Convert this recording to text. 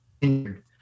injured